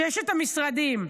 ששת המשרדים,